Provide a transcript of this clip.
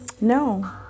No